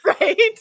right